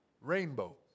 Rainbow